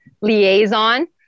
liaison